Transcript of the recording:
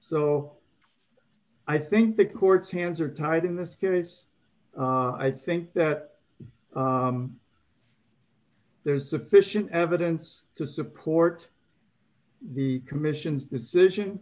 so i think the court's hands are tied in this furious i think that there's sufficient evidence to support the commission's decision